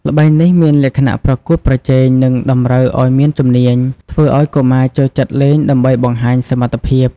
ល្បែងនេះមានលក្ខណៈប្រកួតប្រជែង និងតម្រូវឱ្យមានជំនាញ ធ្វើឱ្យកុមារចូលចិត្តលេងដើម្បីបង្ហាញសមត្ថភាព ។